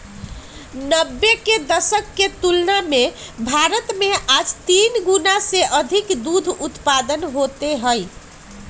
नब्बे के दशक के तुलना में भारत में आज तीन गुणा से अधिक दूध उत्पादन होते हई